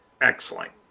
Excellent